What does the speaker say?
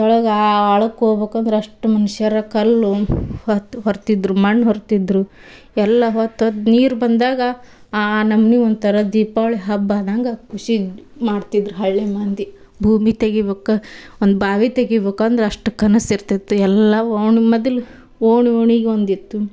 ತಳ್ಗ ಆಳಕ್ಕೆ ಹೋಗ್ಬೇಕಂದ್ರ ಅಷ್ಟು ಮನ್ಷರು ಕಲ್ಲು ಹೊತ್ತು ಹೊರ್ತಿದ್ರು ಮಣ್ಣು ಹೊರ್ತಿದ್ದರು ಎಲ್ಲ ಹೊತ್ತೊತ್ತು ನೀರು ಬಂದಾಗ ಆ ನಮೂನಿ ಒಂಥರ ದೀಪಾವಳಿ ಹಬ್ಬ ಆದಂಗೆ ಖುಷಿ ಮಾಡ್ತಿದ್ರು ಹಳ್ಳಿ ಮಂದಿ ಭೂಮಿ ತೆಗಿಬೇಕು ಒಂದು ಬಾವಿ ತೆಗಿಬೇಕಂದ್ರ್ ಅಷ್ಟು ಕನಸು ಇರ್ತೈತಿ ಎಲ್ಲವು ಓಣಿ ಮೊದಲು ಓಣಿ ಓಣಿಗೆ ಒಂದು ಯತ್ತು